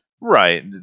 Right